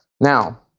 Now